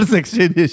exchange